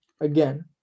Again